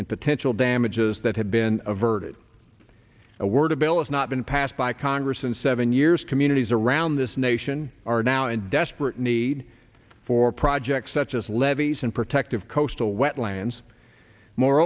in potential damages that have been averted a word a bill is not been passed by congress in seven years communities around this nation are now in desperate need for projects such as levees and protective coastal wetlands more